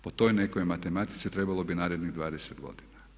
Po toj nekoj matematici trebalo bi narednih 20 godina.